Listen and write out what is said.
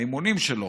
האימונים שלו